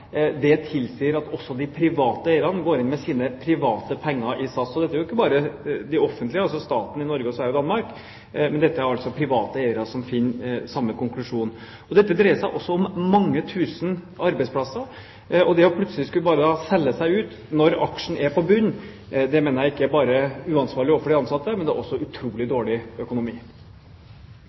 tilsier at også de private eierne går inn med sine private penger i SAS. Så ikke bare det offentlige, altså staten i Norge, Sverige og Danmark, men også private eiere kommer til samme konklusjon. Dette dreier seg også om mange tusen arbeidsplasser, og det plutselig bare å skulle selge seg ut når aksjen er på bunnen, mener jeg ikke bare er uansvarlig overfor de ansatte, men det er også utrolig dårlig økonomi.